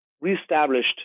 reestablished